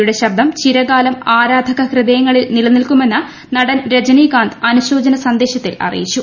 യുടെ ശബ്ദം ചിരകാലം ആരാധക ഹൃദയങ്ങളിൽ നിലനിൽക്കുമെന്ന് നടൻ രജനികാന്ത് അനുശോചന സന്ദേശത്തിൽ അറിയിച്ചു